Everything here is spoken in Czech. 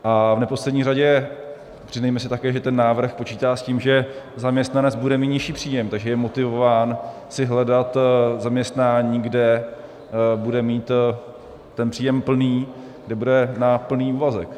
A v neposlední řadě přiznejme si také, že ten návrh počítá s tím, že zaměstnanec bude mít nižší příjem, takže je motivován si hledat zaměstnání, kde bude mít ten příjem plný, kde bude na plný úvazek.